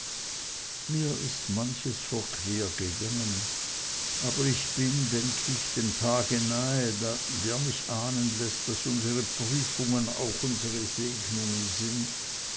mir ist manches verquer gegangen aber ich bin denk ich dem tage nahe der mich ahnen läßt daß unsre prüfungen auch unsre segnungen sind